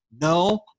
No